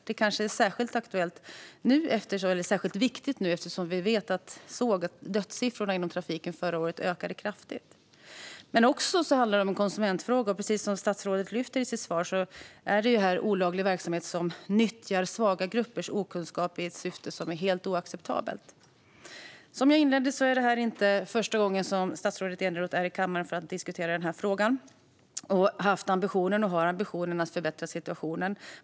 Det känns särskilt aktuellt och viktigt nu eftersom vi vet att dödssiffrorna inom trafiken ökade kraftigt förra året. Men det här är också en konsumentfråga. Precis som statsrådet lyfte upp i sitt svar är det fråga om olaglig verksamhet som nyttjar svaga gruppers okunskap i ett syfte som är helt oacceptabelt. Som jag inledde mitt anförande är det inte första gången som statsrådet Eneroth är i kammaren för att diskutera frågan. Han har haft, och har, ambitionen att förbättra situationen.